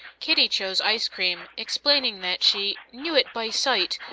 kitty chose ice-cream, explaining that she knew it by sight,